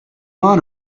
want